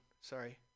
Sorry